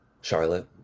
Charlotte